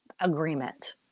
agreement